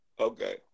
Okay